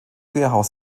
querhaus